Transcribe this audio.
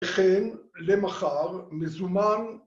וכן למחר מזומן